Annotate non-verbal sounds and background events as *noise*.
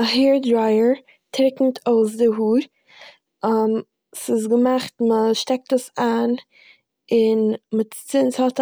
א הער דרייער טרוקנט אויס די האר, *hesitation* ס'איז געמאכט מ'שטעקט עס איין און מ'צי- ס'האט